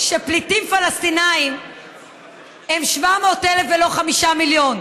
שפליטים פלסטינים הם 700,000 ולא 5 מיליון,